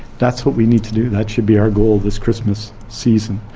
that's what we need to do. that should be our goal this christmas season.